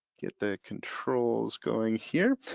get the controls going here.